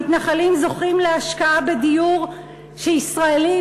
המתנחלים זוכים להשקעה בדיור שישראלים